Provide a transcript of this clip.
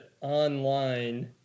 online